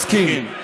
מסכים.